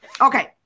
Okay